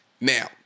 Now